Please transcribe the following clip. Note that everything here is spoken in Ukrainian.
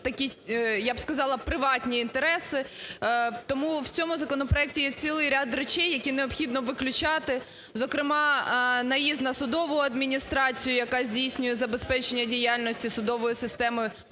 такі, я б сказала, приватні інтереси, тому в цьому законопроекті є цілий ряд речей, які необхідно виключати, зокрема наїзд на судову адміністрацію, яка здійснює забезпечення діяльності судової системи з точки